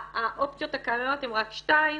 האופציות הקיימות הן רק שתיים: